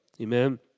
Amen